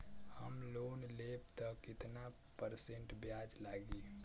हम लोन लेब त कितना परसेंट ब्याज लागी?